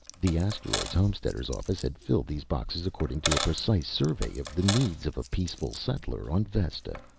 the asteroids homesteaders office had filled these boxes according to a precise survey of the needs of a peaceful settler on vesta.